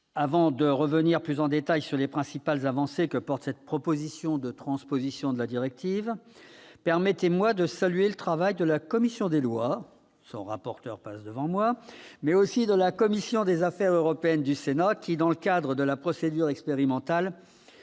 Avant de revenir plus en détail sur les principales avancées que porte cette proposition de transposition de la directive, permettez-moi de saluer le travail de la commission des lois, ainsi que celui de la commission des affaires européennes du Sénat, qui, dans le cadre de la procédure expérimentale,